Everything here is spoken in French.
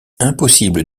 impossible